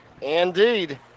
Indeed